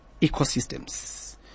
ecosystems